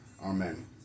Amen